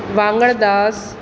वाङण दास